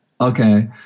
okay